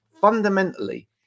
Fundamentally